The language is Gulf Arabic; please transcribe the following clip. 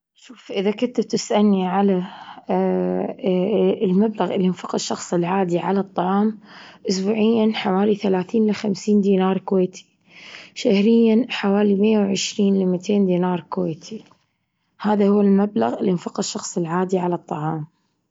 شوف إذا كنت تسألني على المبلغ اللي إنفقه الشخصي العادي على الطعام أسبوعيا حوالي ثلاثين لخمسين دينار كويتي شهريا حوالي مية وعشرين لميتين دينار كويتي، هذا هو المبلغ إللي ينفقه الشخص العادي على الطعام.